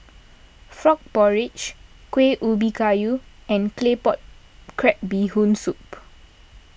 Frog Porridge Kueh Ubi Kayu and Claypot Crab Bee Hoon Soup